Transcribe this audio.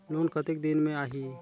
Loan कतेक दिन मे आही?